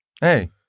Hey